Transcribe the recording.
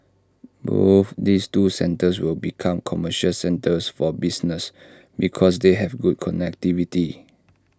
both these two centres will become commercial centres for business because they have good connectivity